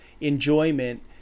enjoyment